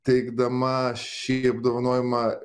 teikdama šį apdovanojimą